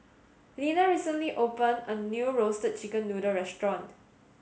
Linna recently opened a new Roasted Chicken Noodle restaurant